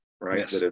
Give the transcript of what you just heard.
right